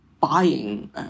buying